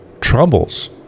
troubles